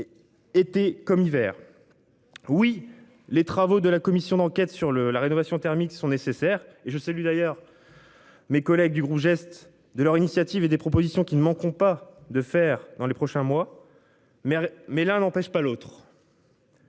et été comme hiver. Oui. Les travaux de la commission d'enquête sur le la rénovation thermique sont nécessaires et je salue d'ailleurs. Mes collègues du groupe geste de leur initiative et des propositions qui ne manqueront pas de faire dans les prochains mois. Mais mais là n'empêche pas l'autre.